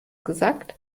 gesagt